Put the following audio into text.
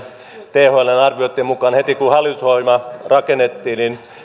thln arvioitten mukaan heti kun hallitusohjelma rakennettiin